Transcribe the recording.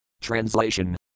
Translation